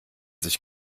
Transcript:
sich